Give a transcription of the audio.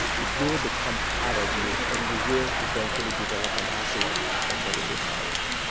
it will become part of you and you will eventually develop an arsenal of medical knowledge.